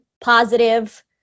positive